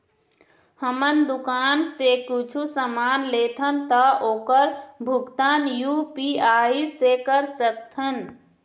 हमन दुकान से कुछू समान लेथन ता ओकर भुगतान यू.पी.आई से कर सकथन?